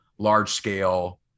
large-scale